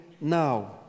now